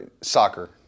soccer